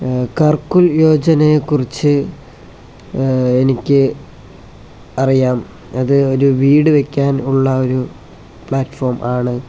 ഘർകുൽ യോജനയെക്കുറിച്ച് എനിക്ക് അറിയാം അത് ഒരു വീട് വെക്കാൻ ഉള്ള ഒരു പ്ലാറ്റ്ഫോം ആണ്